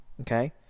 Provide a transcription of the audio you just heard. okay